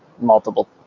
multiple